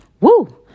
Woo